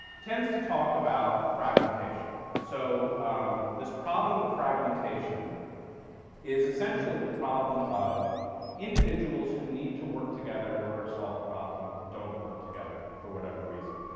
tends to talk about fragmentation so um this problem of fragmentation is essentially the problem of individuals who need to work together in order to solve a problem don't work together for whatever reason.